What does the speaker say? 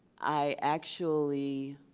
i actually